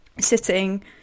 sitting